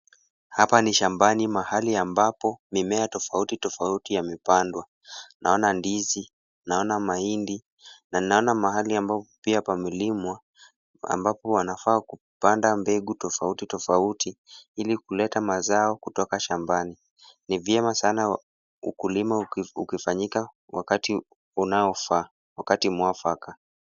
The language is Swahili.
Hapa ni shambani mahali ambapo mimea tofauti tofauti yamepandwa. Naona ndizi, naona mahindi na naona mahali ambapo pia pamelimwa ambapo wanafaa kupanda mbegu tofauti tofauti ili kuleta mazao kutoka shambani. Ni vyema sana ukulima ukifanyanyika wakati unaofaa. Wakati mwafaka.